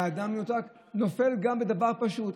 כשהאדם מנותק, הוא נופל גם בדבר פשוט.